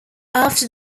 after